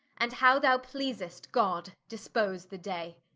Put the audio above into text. and how thou pleasest god, dispose the day.